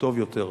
וטוב יותר.